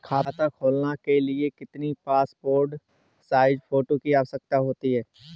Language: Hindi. खाता खोलना के लिए कितनी पासपोर्ट साइज फोटो की आवश्यकता होती है?